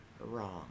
wrong